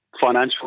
financial